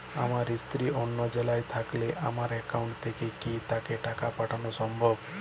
আমার স্ত্রী অন্য জেলায় থাকলে আমার অ্যাকাউন্ট থেকে কি তাকে টাকা পাঠানো সম্ভব?